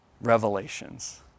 revelations